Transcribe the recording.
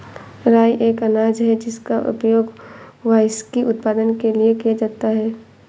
राई एक अनाज है जिसका उपयोग व्हिस्की उत्पादन के लिए किया जाता है